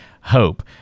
hope